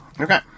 Okay